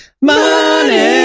money